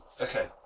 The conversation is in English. Okay